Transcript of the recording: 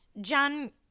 John